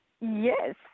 Yes